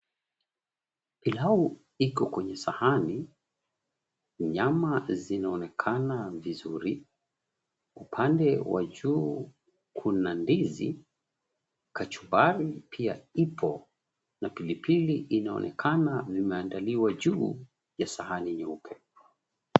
Pilau iko kwenye sahani. Nyama zinaonekana vizuri. Upande wa juu kuna ndizi z kachumbari pia ipo, na pilipili inaonekana imeandaliwa juu ya sahani nyeupe.